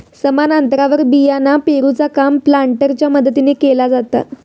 समान अंतरावर बियाणा पेरूचा काम प्लांटरच्या मदतीने केला जाता